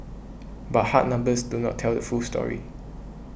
but hard numbers do not tell the full story